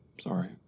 Sorry